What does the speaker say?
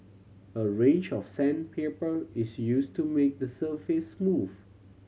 a range of sandpaper is use to make the surface smooth